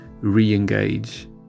re-engage